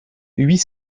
huit